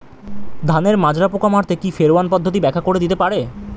ধানের মাজরা পোকা মারতে কি ফেরোয়ান পদ্ধতি ব্যাখ্যা করে দিতে পারে?